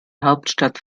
hauptstadt